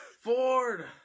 Ford